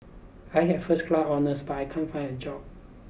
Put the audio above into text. I have first class honours but I can't find a job